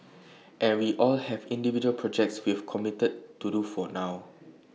and we all have individual projects we've committed to do for now